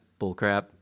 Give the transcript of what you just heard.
bullcrap